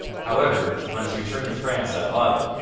however, on his return to france that autumn,